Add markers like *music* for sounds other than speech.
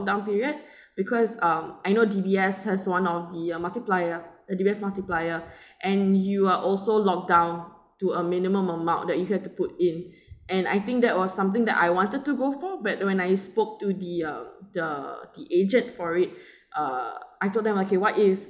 down period *breath* because um I know D_B_S has one of the uh multiplier uh D_B_S multiplier *breath* and you are also locked down to a minimum amount that you have to put in *breath* and I think that was something that I wanted to go for but when I spoke to the uh the the agent for it *breath* uh I told them okay what if